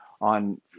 on